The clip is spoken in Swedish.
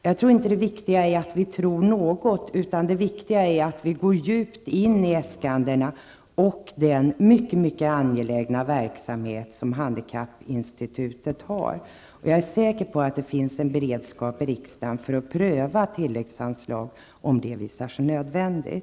Jag tror inte att det viktiga är att tro något, utan att gå djupt in i äskandena och den mycket angelägna verksamhet som handikappinstitutet bedriver. Jag är säker på att det finns en beredskap i riksdagen för att pröva tilläggsanslag om det visar sig vara nödvändigt.